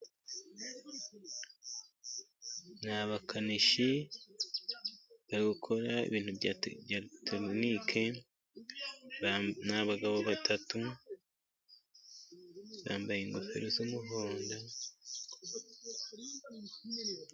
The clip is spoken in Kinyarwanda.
Ni abakanishi bari gukora ibintu bya tekinike, ni abagabo batatu bambaye ingofero z'umuhondo.